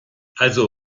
also